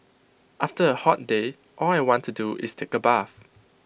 after A hot day all I want to do is take A bath